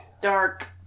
dark